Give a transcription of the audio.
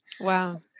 Wow